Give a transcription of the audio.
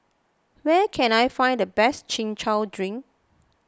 where can I find the best Chin Chow Drink